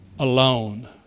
Alone